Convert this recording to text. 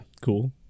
Cool